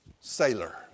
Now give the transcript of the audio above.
sailor